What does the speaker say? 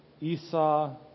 Esau